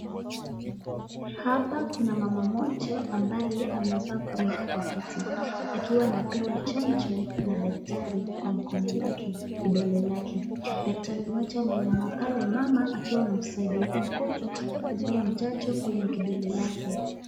Hapa kuna mama mmoja ambaye amekaa kwa kiti, akiwa anapewa chanjo na daktari kwa mkono wake, kidole chake. Daktari mmoja ameinama pale mama, akiwa anamsaidia hivi mgonjwa, kumhudumia chanjo kwenye kidole chake.